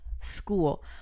school